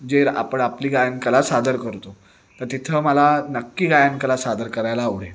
जे आपण आपली गायनकला सादर करतो तर तिथं मला नक्की गायनकला सादर करायला आवडेल